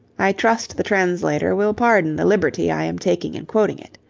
i trust the translator will pardon the liberty i am taking in quoting it.